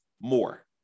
more